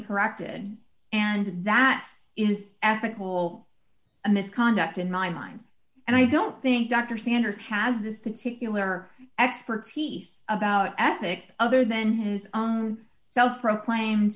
corrected and that is ethical misconduct in my mind and i don't think dr sanders has this particular expertise about ethics other than his own self proclaimed